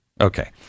okay